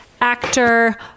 actor